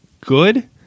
good